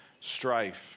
strife